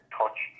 touch